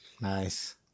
Nice